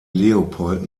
leopold